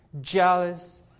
jealous